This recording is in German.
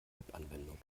webanwendung